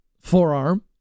forearm